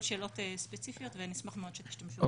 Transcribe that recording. שאלות ספציפיות ונשמח מאוד שתשתמשו בזה.